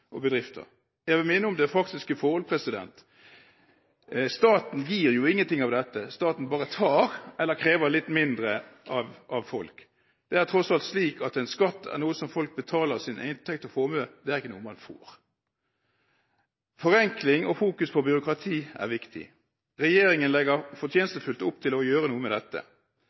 Jeg vil minne om det faktiske forholdet: Staten gir ingen ting av dette. Staten bare tar eller krever litt mindre av folk. Det er tross alt slik at en skatt er noe som folk betaler av sin inntekt og formue – det er ikke noe man får. Forenkling og fokus på byråkrati er viktig. Regjeringen legger fortjenestefullt opp til å gjøre noe med dette.